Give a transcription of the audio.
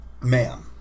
Ma'am